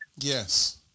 Yes